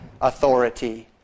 authority